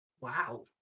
Wow